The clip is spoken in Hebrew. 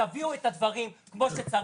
תביאו את הדברים כמו שצריך,